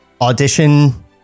audition